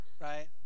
Right